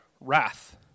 wrath